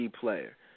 player